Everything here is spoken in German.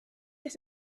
dass